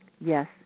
yes